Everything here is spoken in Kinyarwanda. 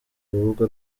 rubuga